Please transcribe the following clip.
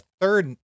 third